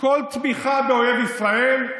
כל תמיכה באויב ישראל,